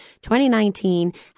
2019